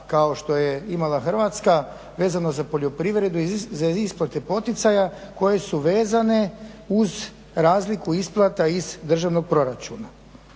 kao što je imala Hrvatska, vezano za poljoprivredu za isplate poticaja, koje su vezane uz razliku isplata iz državnog proračuna.